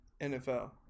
NFL